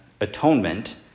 atonement